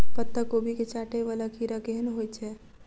पत्ता कोबी केँ चाटय वला कीड़ा केहन होइ छै?